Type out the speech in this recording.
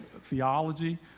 theology